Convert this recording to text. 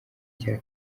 cya